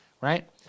right